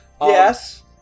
Yes